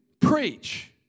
preach